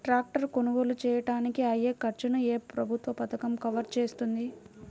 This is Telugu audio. ట్రాక్టర్ కొనుగోలు చేయడానికి అయ్యే ఖర్చును ఏ ప్రభుత్వ పథకం కవర్ చేస్తుంది?